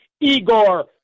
Igor